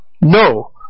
No